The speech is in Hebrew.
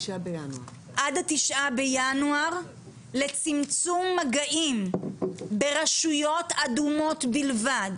עד ה-9 בינואר לצמצום מגעים ברשויות אדומות בלבד